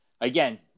again